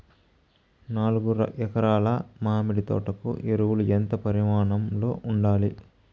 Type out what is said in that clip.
నాలుగు ఎకరా ల మామిడి తోట కు ఎరువులు ఎంత పరిమాణం లో ఉండాలి?